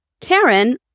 Karen